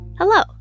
Hello